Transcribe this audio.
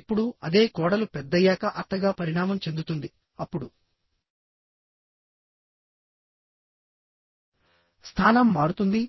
ఇప్పుడుఅదే కోడలు పెద్దయ్యాక అత్తగా పరిణామం చెందుతుంది అప్పుడు స్థానం మారుతుంది